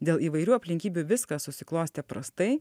dėl įvairių aplinkybių viskas susiklostė prastai